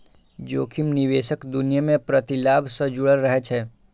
जोखिम निवेशक दुनिया मे प्रतिलाभ सं जुड़ल रहै छै